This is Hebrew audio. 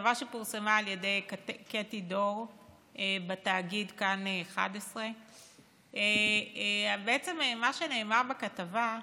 כתבה שפורסמה על ידי קטי דור בתאגיד כאן 11. מה שנאמר בכתבה,